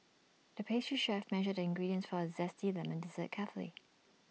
the pastry chef measured ingredients for A Zesty Lemon Dessert carefully